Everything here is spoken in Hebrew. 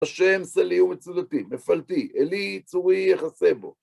השם סלי הוא מצדתי, מפלתי, אלי צורי יחסי בו.